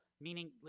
meaning